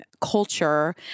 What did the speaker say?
culture